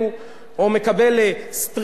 הממשלה נגדנו ואנחנו שובתים,